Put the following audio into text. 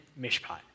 mishpat